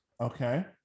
Okay